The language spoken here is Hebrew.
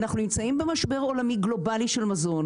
אנחנו נמצאים במשבר עולמי גלובלי של מזון,